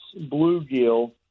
bluegill